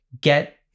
get